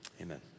amen